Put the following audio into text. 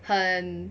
很